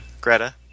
Greta